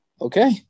okay